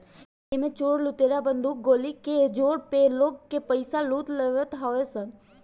एमे चोर लुटेरा बंदूक गोली के जोर पे लोग के पईसा लूट लेवत हवे सन